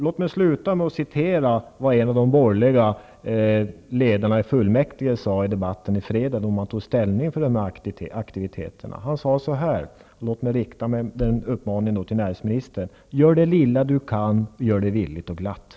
Låt mig sluta med att citera vad en av de borgerliga ledamöterna i fullmäktige sade i debatten i fredags då man tog ställning för de här aktiviteterna. Han sade: ''Gör det lilla du kan. Gör det villigt och glatt.'' Låt mig rikta den uppmaningen till näringsministern.